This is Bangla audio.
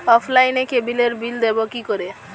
অফলাইনে ক্যাবলের বিল দেবো কি করে?